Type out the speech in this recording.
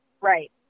Right